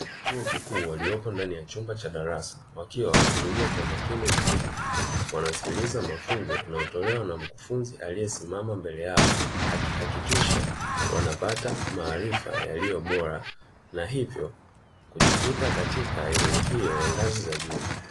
Chuo kikuu waliopo ndani ya chumba cha darasa wakiwa wametulia kwa makini mkubwa, wanasikiliza mafunzo yanayotolewa na mkufunzi aliyesimama mbele yao, akihakikisha wanapata maarifa yaliyo bora na hivyo kujikita katika elimu hiyo ngazi za juu.